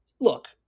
look